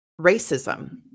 racism